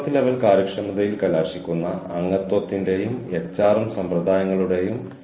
ആ email കാണാതെ പോയ ഞങ്ങളിൽ ചിലർ ഇപ്പോഴും ഉണ്ടായിരുന്നു